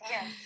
Yes